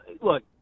look